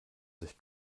sich